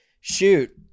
shoot